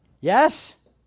yes